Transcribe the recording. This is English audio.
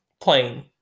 Plain